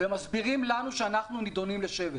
והם מסבירים לנו שאנחנו נידונים לשבט.